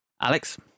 Alex